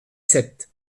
sept